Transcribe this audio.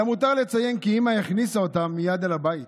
למותר לציין כי אימא הכניסה אותם מייד אל הבית